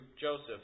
Joseph